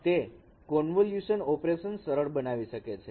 તે convolution operation સરળ બનાવી શકે છે